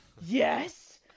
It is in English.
yes